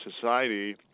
society